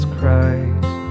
Christ